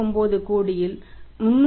99 கோடியில் 318